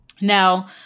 Now